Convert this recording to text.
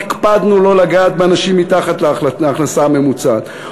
כי הקפדנו לא לגעת באנשים מתחת להכנסה הממוצעת.